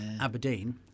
Aberdeen